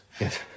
yes